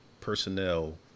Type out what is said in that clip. personnel